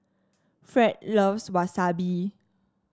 Fred loves Wasabi